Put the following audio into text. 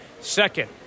Second